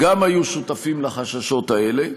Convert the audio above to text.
היו שותפים לחששות האלה.